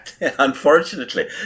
unfortunately